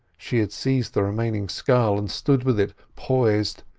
she had seized the remaining scull and stood with it poised,